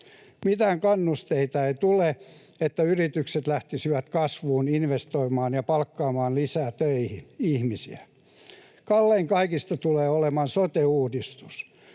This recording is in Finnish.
Mitään kannusteita ei tule, että yritykset lähtisivät kasvuun, investoimaan ja palkkaamaan töihin lisää ihmisiä. Kallein kaikista tulee olemaan sote-uudistus,